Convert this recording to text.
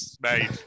made